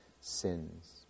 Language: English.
sins